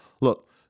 Look